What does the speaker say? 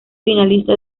finalista